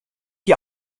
die